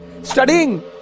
Studying